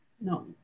no